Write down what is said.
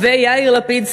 ויאיר לפיד,